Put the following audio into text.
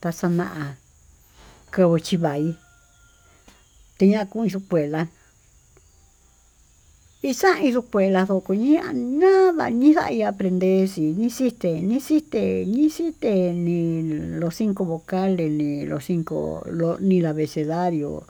Taxana'a kochi va'í teñakuxi escuela ixain escuela nduko, ñii ñava'a ñiava ndanexi ndixii, tenixi té nixii tene'é los cinco vocales ni lo cinco lo avecedarió